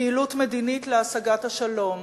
פעילות מדינית להשגת השלום,